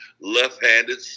left-handed